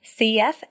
CF